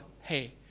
hey